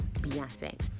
Beyonce